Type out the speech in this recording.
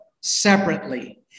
separately